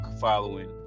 following